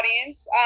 audience